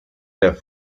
der